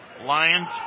Lions